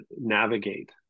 navigate